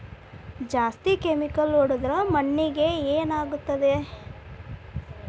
ಜಾಸ್ತಿ ಕೆಮಿಕಲ್ ಹೊಡೆದ್ರ ಮಣ್ಣಿಗೆ ಏನಾಗುತ್ತದೆ?